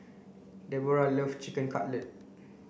Deborah loves Chicken Cutlet